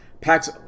packs